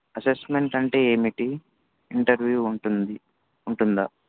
assessment అంటే ఏమిటి interview ఉంటుంది ఉంటుందా